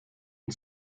and